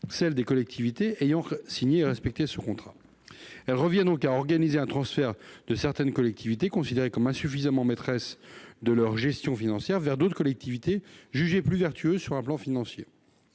celles des collectivités ayant respecté ce contrat. Cette faculté revient donc à organiser le transfert de certaines collectivités, considérées comme insuffisamment maîtresses de leur gestion financière, vers d'autres collectivités jugées plus vertueuses sur le plan financier.